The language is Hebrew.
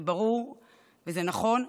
זה ברור וזה נכון,